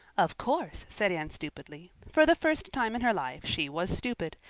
of course, said anne stupidly. for the first time in her life she was stupid.